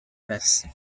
best